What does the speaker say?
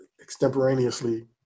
extemporaneously